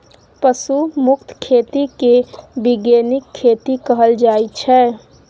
पशु मुक्त खेती केँ बीगेनिक खेती कहल जाइ छै